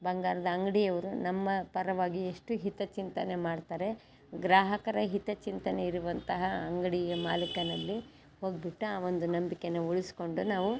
ಬಂಗಾರದ ಅಂಗಡಿಯವ್ರು ನಮ್ಮ ಪರವಾಗಿ ಎಷ್ಟು ಹಿತಚಿಂತನೆ ಮಾಡ್ತಾರೆ ಗ್ರಾಹಕರ ಹಿತಚಿಂತನೆ ಇರುವಂತಹ ಅಂಗಡಿಯ ಮಾಲಿಕನಲ್ಲಿ ಹೋಗ್ಬಿಟ್ಟು ಆ ಒಂದು ನಂಬಿಕೇನ ಉಳಿಸ್ಕೊಂಡು ನಾವು